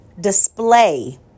Display